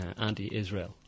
anti-Israel